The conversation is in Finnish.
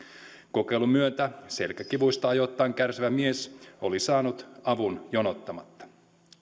kokeilun myötä selkäkivuista ajoittain kärsivä mies oli saanut avun jonottamatta